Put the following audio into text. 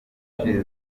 nyinshi